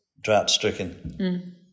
drought-stricken